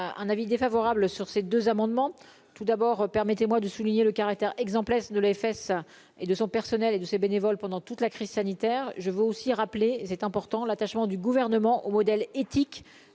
Un avis défavorable sur ces deux amendements tout d'abord, permettez-moi de souligner le caractère exemplaire de l'AFS et de son personnel et de ses bénévoles pendant toute la crise sanitaire, je veux aussi rappeler c'est important l'attachement du gouvernement au modèle éthique